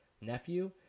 nephew